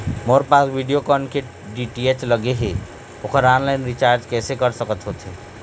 मोर पास वीडियोकॉन के डी.टी.एच लगे हे, ओकर ऑनलाइन रिचार्ज कैसे कर सकत होथे?